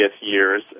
years